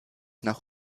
nach